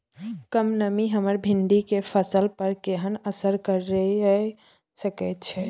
कम नमी हमर भिंडी के फसल पर केहन असर करिये सकेत छै?